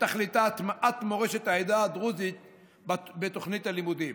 שתכליתה הטמעת מורשת העדה הדרוזית בתוכנית הלימודים,